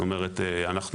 אנחנו כרגע,